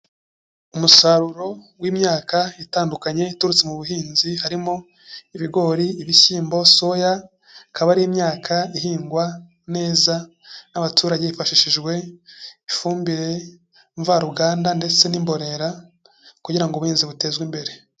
Umusaruro w'imyaka itandukanye iturutse mu buhinzi, harimo ibigori, ibishyimbo, soya, ikaba ari imyaka ihingwa neza n'abaturage, hifashishijwe ifumbire mvaruganda ndetse n'imborera, kugira ngo ubuhinzi butezwe imbere.